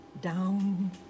down